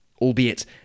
albeit